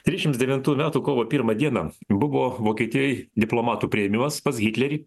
trisdešimt devintų metų kovo pirmą dieną buvo vokietijoje diplomatų priėmimas pas hitlerį